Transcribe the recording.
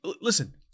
Listen